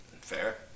Fair